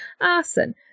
arson